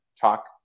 talk